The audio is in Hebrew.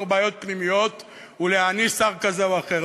בעיות פנימיות ולהעניש שר כזה או אחר,